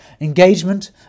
engagement